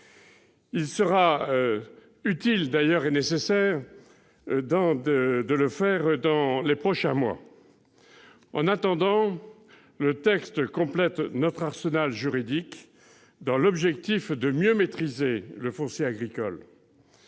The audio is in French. Ce travail devra être fait dans les prochains mois. En attendant, ce texte complète notre arsenal juridique dans l'objectif de mieux maîtriser le foncier agricole.